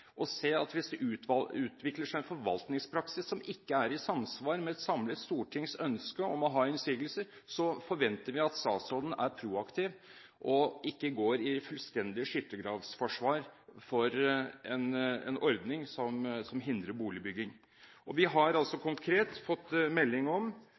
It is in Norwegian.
og se at hvis det utvikler seg en forvaltningspraksis som ikke er i samsvar med et samlet stortings ønske om å ha innsigelser, forventer vi at statsråden er proaktiv og ikke går i fullstendig skyttergravsforsvar for en ordning som hindrer boligbygging. Vi har altså konkret fått melding om